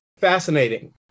fascinating